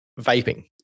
vaping